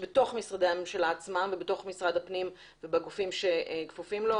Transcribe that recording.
בתוך משרדי הממשלה עצמם ובתוך משרד הפנים ובגופים שכפופים לו.